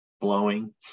blowing